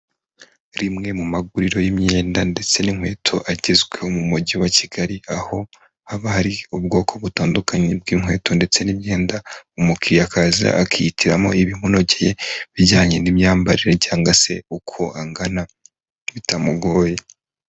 Rimwe mu maguriro y'imyenda ndetse n'inkweto agezwe mu mujyi wa Kigali aho haba hari ubwoko butandukanye bw'inkweto ndetse n'imyenda umukiriya azi akihitiramo ibimunogeye bijyanye n'imyambarire cyangwa se uko angana bitamugoye.